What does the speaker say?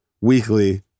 weekly